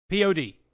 Pod